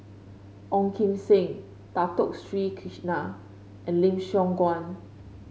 Ong Kim Seng Dato Sri Krishna and Lim Siong Guan